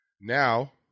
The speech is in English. Now